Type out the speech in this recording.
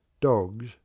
Dogs